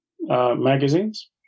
magazines